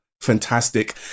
fantastic